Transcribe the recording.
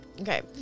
Okay